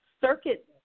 circuit